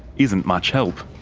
isn't much help.